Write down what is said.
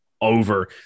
Over